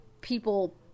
people